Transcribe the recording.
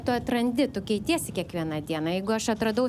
tu atrandi tu keitiesi kiekvieną dieną jeigu aš atradau